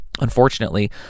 Unfortunately